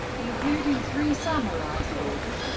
including three samurai swords,